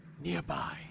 Nearby